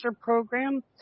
program